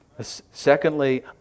secondly